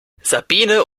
sabine